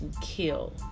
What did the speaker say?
kill